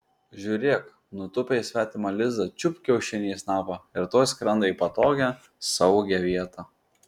žiūrėk nutūpė į svetimą lizdą čiupt kiaušinį į snapą ir tuoj skrenda į patogią saugią vietą